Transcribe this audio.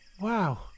Wow